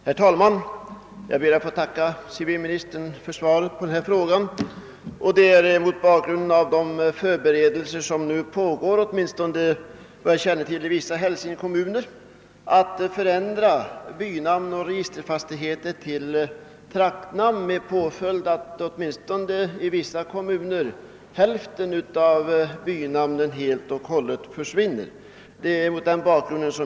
Herr talman! Jag ber att få tacka civilministern för svaret på denna fråga, som får ses mot bakgrunden av de förberedelser som enligt vad jag känner till nu pågår i åtminstone vissa hälsingekommuner i syfte att förändra bynamn och registerbeteckningar till traktnamn med påföljd att åtminstone i vissa kommuner hälften av bynamnen försvinner.